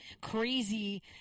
crazy